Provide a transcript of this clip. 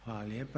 Hvala lijepa.